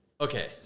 Okay